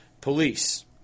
police